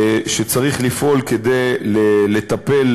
שצריך לפעול כדי לטפל,